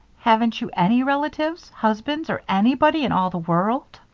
haven't you any relatives, husbands, or anybody, in all the world?